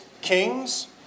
Kings